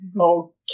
Okay